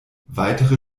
weitere